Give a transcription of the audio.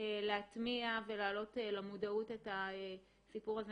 להטמיע ולהעלות למודעות את הסיפור הזה.